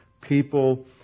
people